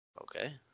Okay